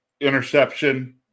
interception